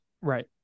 right